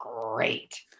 great